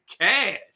cash